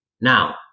Now